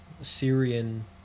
Syrian